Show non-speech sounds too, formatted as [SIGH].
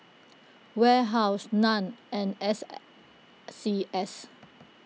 Warehouse Nan and S [HESITATION] C S